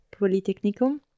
Polytechnicum